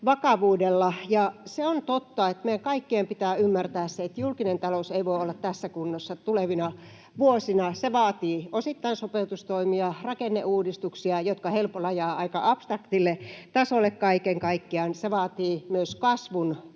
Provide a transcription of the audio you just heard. se on totta, että meidän kaikkien pitää ymmärtää se, että julkinen talous ei voi olla tässä kunnossa tulevina vuosina. Se vaatii osittain sopeutustoimia, rakenneuudistuksia, jotka helposti jäävät aika abstraktille tasolle kaiken kaikkiaan. Se vaatii myös kasvun